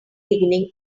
beginning